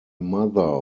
mother